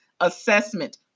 assessment